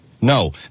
No